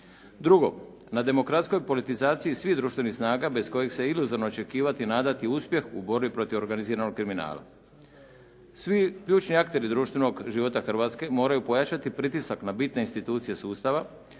Drugo, na demokratskoj politizaciji svih društvenih snaga bez kojih se iluzorno nadati i očekivati uspjehu u borbi protiv organiziranog kriminala. Svi ključni akteri društvenog života Hrvatske moraju pojačati pritisak na bitne institucije sustava